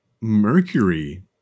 Mercury